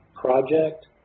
Project